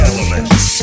Elements